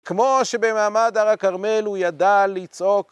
כמו שבמעמד הר הכרמל הוא ידע לצעוק.